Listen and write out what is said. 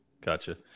Gotcha